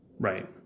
Right